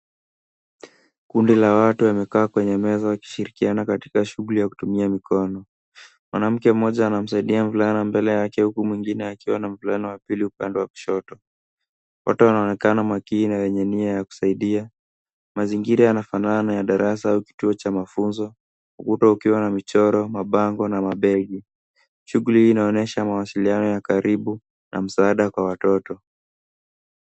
Kundi la watu wamekaa kwenye meza wakishiriana katika shughuli ya kutumia mikono. Mwanamke mmoja anamsaidia mvulana mbele yake huku mwingine akiwa na mvulana upili upande wa kushoto wote wanaonekana makini na wenye moyo wa kusaidia mazingira yanafanana na madarasa au kituo cha mafunzo ukuta ukiwa na michoro, mabango na mabegi. Shughuli hii inaonyesha mawasiliano ya karibu na msaada kwa watoto.